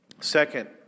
Second